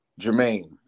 Jermaine